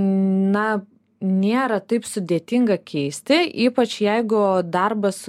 na nėra taip sudėtinga keisti ypač jeigu darbas